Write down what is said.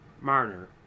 Marner